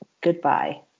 goodbye